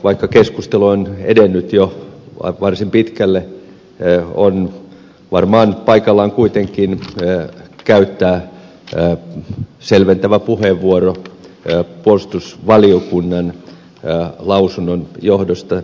vaikka keskustelu on edennyt jo varsin pitkälle on varmaan paikallaan kuitenkin käyttää selventävä puheenvuoro puolustusvaliokunnan lausunnon johdosta